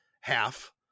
half